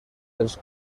els